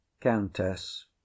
countess